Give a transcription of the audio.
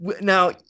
Now